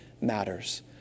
matters